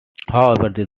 however